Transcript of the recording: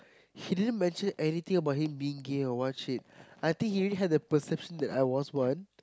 he didn't mention anything about him being gay or what shit I think he already had the perception that I was one